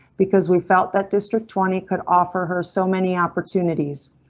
because we felt that district twenty could offer her so many opportunities.